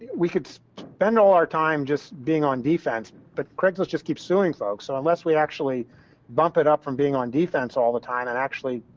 we can spend all our time just being on defense, but craigslist just keeps suing folks, so unless we actually bump it up from being on defense all the time, and, actually,